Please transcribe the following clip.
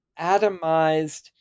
atomized